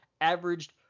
averaged